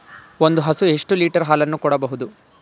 ಒಂದು ಹಸು ಎಷ್ಟು ಲೀಟರ್ ಹಾಲನ್ನು ಕೊಡಬಹುದು?